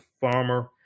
farmer